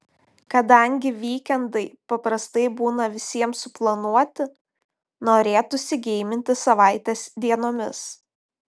kadangi vykendai paprastai būna visiems suplanuoti norėtųsi geiminti savaitės dienomis